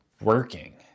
working